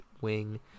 wing